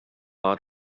ought